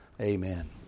Amen